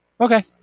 Okay